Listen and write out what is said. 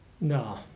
No